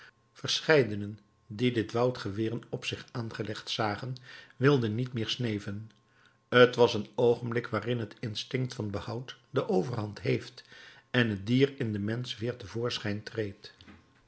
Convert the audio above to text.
verscheidenen die dit woud geweren op zich aangelegd zagen wilden niet meer sneven t was een oogenblik waarin het instinct van behoud de overhand heeft en het dier in den mensch weer te voorschijn treedt